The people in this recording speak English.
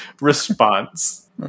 response